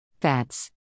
fats